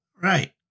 Right